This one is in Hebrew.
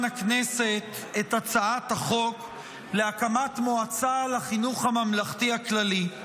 הכנסת את הצעת החוק להקמת מועצה לחינוך הממלכתי הכללי,